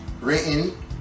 written